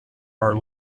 are